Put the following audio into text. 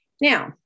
Now